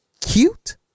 cute